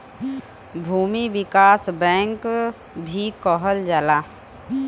भूमि विकास बैंक भी कहल जाला